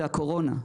זה הקורונה.